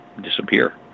disappear